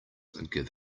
give